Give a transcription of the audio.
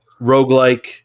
Roguelike